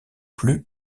plus